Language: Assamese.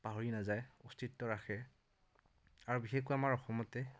পাহৰি নাযায় অস্তিত্ব ৰাখে আৰু বিশেষকৈ আমাৰ অসমতে